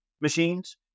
machines